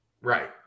Right